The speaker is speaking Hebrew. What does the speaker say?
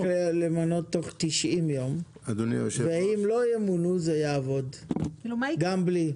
למנות תוך 90 ימים ואם לא ימונו, זה יעבוד גם בלי.